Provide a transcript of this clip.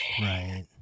Right